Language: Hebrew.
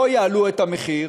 לו יעלו את המחיר,